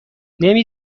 نمی